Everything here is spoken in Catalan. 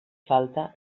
falta